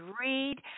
read